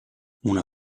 una